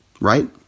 right